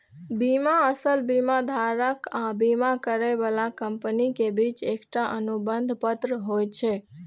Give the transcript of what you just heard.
बीमा असल मे बीमाधारक आ बीमा करै बला कंपनी के बीच एकटा अनुबंध पत्र होइ छै